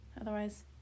otherwise